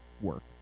work